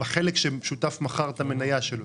בחלק ששותף מכר את המניה שלו,